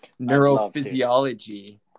neurophysiology